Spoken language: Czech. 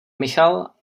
michal